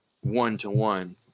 one-to-one